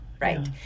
Right